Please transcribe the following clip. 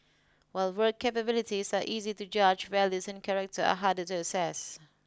while work capabilities are easy to judge values and character are harder to assess